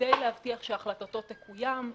כדי להבטיח שהחלטתו תקוים.